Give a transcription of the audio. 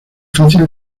fácil